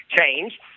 change